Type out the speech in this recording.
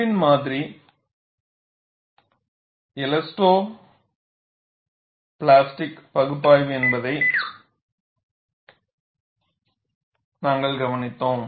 Irwin மாதிரி ஒரு elasto plastic பகுப்பாய்வு என்பதை நாங்கள் கவனித்தோம்